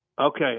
Okay